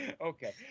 Okay